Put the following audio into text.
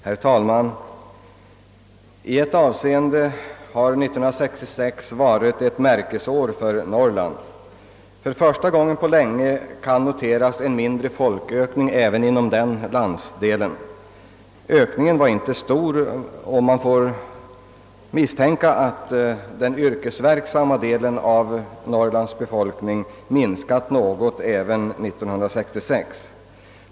Herr talman! I ett avseende har år 1966 varit ett märkesår för Norrland. För första gången på länge kan en mindre folkökning noteras även inom den landsdelen. Ökningen är inte stor, och man får misstänka att den yrkesverksamma delen av Norrlands befolkning minskat något även 1966.